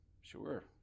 Sure